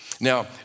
Now